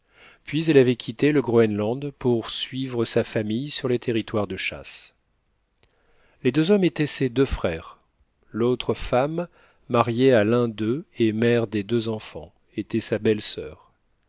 puis elle avait quitté le groënland pour suivre sa famille sur les territoires de chasse les deux hommes étaient ses deux frères l'autre femme mariée à l'un d'eux et mère des deux enfants était sa belle-soeur